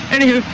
Anywho